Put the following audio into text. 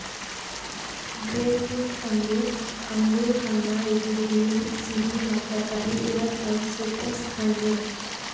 grapefruit ಅಂದುರ್ ಅಂಗುರ್ ಹಣ್ಣ ಇದು ಹುಳಿ, ಸಿಹಿ ಮತ್ತ ಕಹಿ ಇರದ್ ಒಂದು ಸಿಟ್ರಸ್ ಹಣ್ಣು